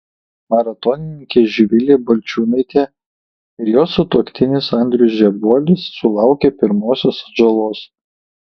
maratonininkė živilė balčiūnaitė ir jos sutuoktinis andrius žebuolis sulaukė pirmosios atžalos